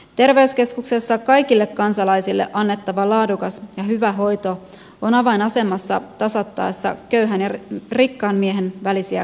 terveyskeskuksessa kaikille kansalaisille annettava laadukas ja hyvä hoito on avainasemassa tasattaessa köyhän ja rikkaan miehen välisiä kuolleisuuseroja